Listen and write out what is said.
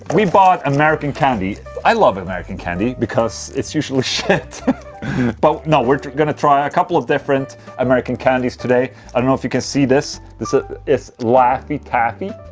we bought america candy i love american candy because it's usually shit but no, we're gonna try a couple of different american candies today i don't know if you can see this this ah is laffy taffy